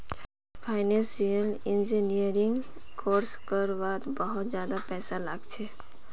financial engineering course कर वात बहुत ज्यादा पैसा लाग छे